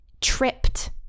tripped